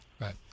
right